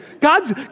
God's